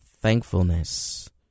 Thankfulness